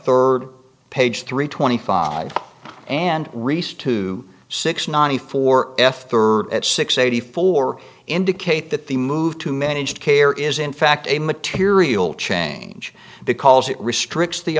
third page three twenty five and reese two six ninety four f third at six eighty four indicate that the move to managed care is in fact a material change because it restricts the